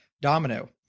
domino